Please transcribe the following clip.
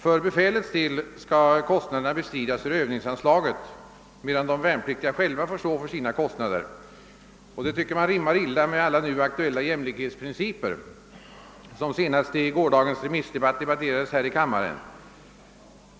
För befälets del skall kostnaderna bestridas ur övningsanslaget medan de värnpliktiga själva får stå för sina kostnader. Detta rimmar illa med alla de nu aktuella jämlikhetsprinciper, som senast i gårdagens remissdebatt diskuterades här i kammaren.